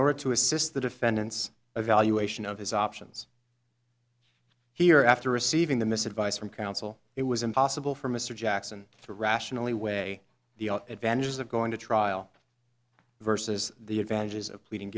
order to assist the defendants evaluation of his options here after receiving the mis advice from counsel it was impossible for mr jackson to rationally weigh the advantages of going to trial versus the advantages of pleading